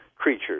Creatures